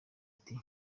ati